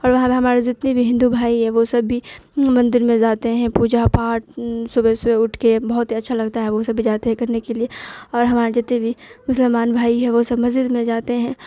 اور وہاں پہ ہمارے جتنے بھی ہندو بھائی ہیں وہ سب بھی مندر میں زاتے ہیں پوجا پاٹھ صبح صبح اٹھ کے بہت ہی اچھا لگتا ہے وہ سب بھی جاتے ہیں کرنے کے لیے اور ہمارے جتنے بھی مسلمان بھائی ہے وہ سب مسجد میں جاتے ہیں